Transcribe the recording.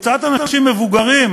הוצאת אנשים מבוגרים,